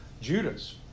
Judas